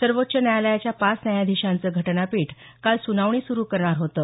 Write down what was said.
सर्वोच्च न्यायालयाच्या पाच न्यायाधीशांचं घटनापीठ काल सुनावणी सुरु करणार होतं